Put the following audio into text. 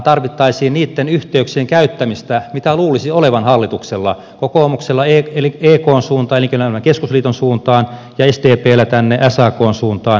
tarvittaisiin niitten yhteyksien käyttämistä mitä luulisi olevan hallituksella kokoomuksella ekn suuntaan elinkeinoelämän keskusliiton suuntaan ja sdpllä sakn suuntaan erityisesti